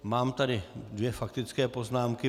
Mám tady dvě faktické poznámky.